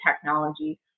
technology